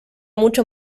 mucho